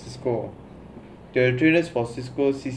the score there is three years for cisco cisco